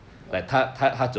ya